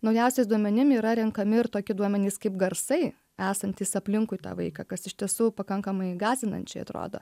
naujausiais duomenim yra renkami ir toki duomenys kaip garsai esantys aplinkui tą vaiką kas iš tiesų pakankamai gąsdinančiai atrodo